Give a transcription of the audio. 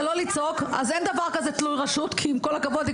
אז אין דבר כזה תלוי רשות, כי עם כל הכבוד,